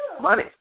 money